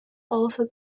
also